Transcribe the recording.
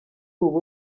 ubu